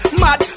mad